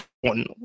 one